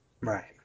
Right